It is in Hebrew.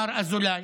מר אזולאי,